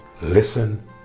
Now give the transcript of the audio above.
listen